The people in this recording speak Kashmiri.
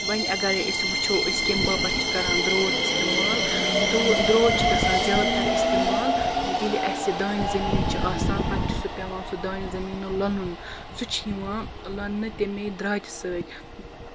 وۅنۍ اَگرے أسۍ وُچھو أسۍ کَمہِ باپَتھ چھِ کران درٛۅت اِستعمال درٛۅت درٛۅت چھُ گژھان زیادٕ تَر اِستعمال ییٚلہِ اَسہِ دانہِ زٔمیٖن چھُ آسان پَتہٕ چھُ سُہ پیٚوان دانہِ زٔمیٖن لونُن سُہ چھُ یِوان تمی درٛاتہِ سٍتۍ